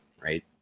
right